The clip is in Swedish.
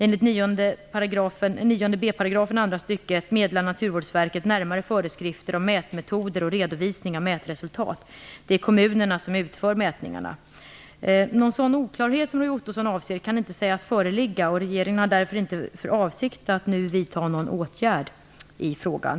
Enligt 9 b § andra stycket meddelar Naturvårdsverket närmare föreskrifter om mätmetoder och redovisning av mätresultat. Det är kommunerna som utför mätningarna. Någon sådan oklarhet som Roy Ottosson avser kan inte sägas föreligga, och regeringen har därför inte för avsikt att nu vidta någon åtgärd i frågan.